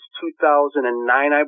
2009